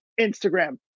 Instagram